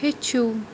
ہیٚچھِو